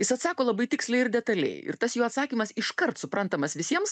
jis atsako labai tiksliai ir detaliai ir tas jo atsakymas iškart suprantamas visiems